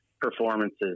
performances